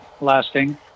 lasting